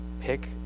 pick